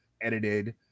edited